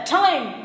time